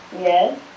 Yes